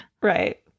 Right